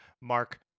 Mark